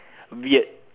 weird